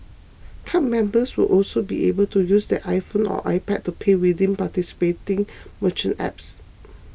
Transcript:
card members will also be able to use their iPhone or iPad to pay within participating merchant apps